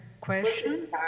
question